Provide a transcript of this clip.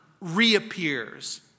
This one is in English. reappears